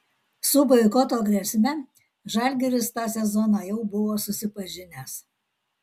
su boikoto grėsme žalgiris tą sezoną jau buvo susipažinęs